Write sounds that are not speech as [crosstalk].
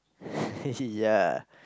[laughs] ya